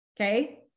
okay